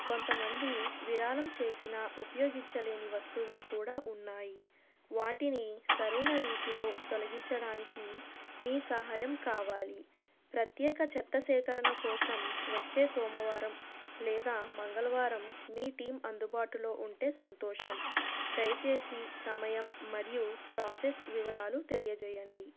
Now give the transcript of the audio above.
కొంతమంది విరాళం చేసిన ఉపయోగించలేని వస్తువులు కూడా ఉన్నాయి వాటిని సరైన రీతిలో తొలగించడానికి మీ సహాయం కావాలి ప్రత్యేక చెత్త సేకరణ కోసం వచ్చే సోమవారం లేదా మంగళవారం మీ టీం అందుబాటులో ఉంటే సంతోషం దయచేసి సమయం మరియు ప్రాసెస్ వివరాలు తెలియజేయండి